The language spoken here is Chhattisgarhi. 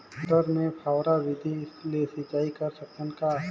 मटर मे फव्वारा विधि ले सिंचाई कर सकत हन का?